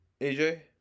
AJ